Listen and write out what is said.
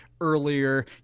earlier